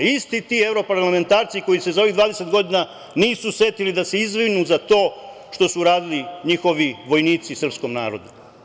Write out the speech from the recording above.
Isti ti evropralamentarci koji se za ovih 20 godina nisu setili da se izvinu za to što su uradili njihovi vojnici srpskom narodu.